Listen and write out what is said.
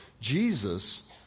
Jesus